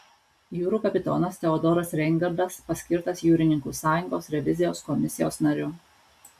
jūrų kapitonas teodoras reingardas paskirtas jūrininkų sąjungos revizijos komisijos nariu